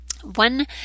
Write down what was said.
One